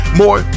more